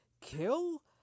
kill